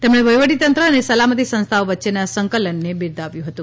તેમણે વહીવટી તંત્ર અને સલામતિ સંસ્થાઓ વચ્ચેના સંકલનને બીરદાવ્યું હતું